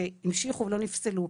שהמשיכו ולא נפסלו.